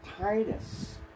Titus